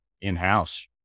in-house